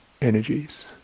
energies